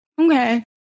Okay